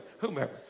whomever